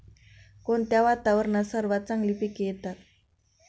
कोणत्या वातावरणात सर्वात चांगली पिके येतात?